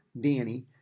Danny